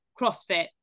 crossfit